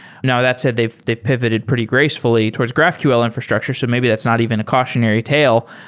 now that said, they've they've pivoted pretty gracefully towards graphql infrastructure, so maybe that's not even a cautionary tale.